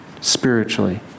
spiritually